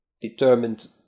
determined